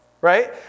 Right